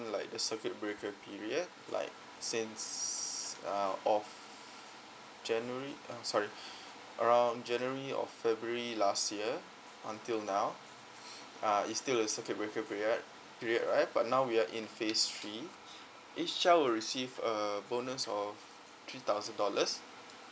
like the circuit breaker period like since uh of january uh sorry around january or february last year until now uh is still circuit breaker period period right but now we are in phase three each child will receive a bonus of three thousand dollars